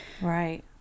Right